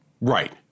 Right